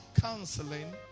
counseling